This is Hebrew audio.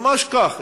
ממש כך,